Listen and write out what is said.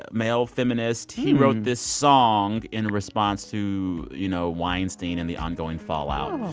ah male feminist. he wrote this song in response to, you know, weinstein and the ongoing fallout oh,